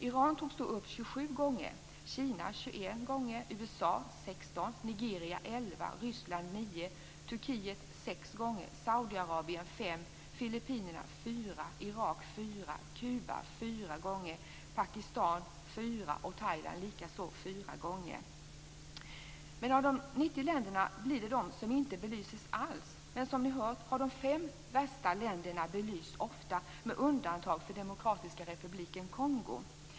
Iran togs upp 27 gånger, Av de 90 länderna finns det de som inte belyses alls, men som ni har hört har de fem värsta länderna belysts ofta, med undantag för Demokratiska republiken Kongo.